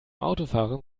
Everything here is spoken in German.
autofahren